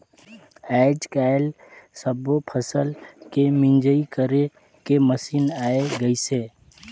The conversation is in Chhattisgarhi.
आयज कायल सब्बो फसल के मिंजई करे के मसीन आये गइसे